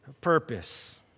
purpose